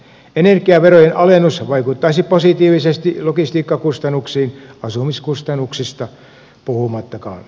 energiaverojen alennus vaikuttaisi positiivisesti logistiikkakustannuksiin asumiskustannuksista puhumattakaan